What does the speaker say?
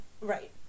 Right